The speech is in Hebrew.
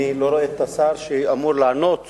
אני לא רואה את השר שאמור לענות